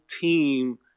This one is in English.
team